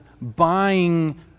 buying